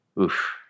oof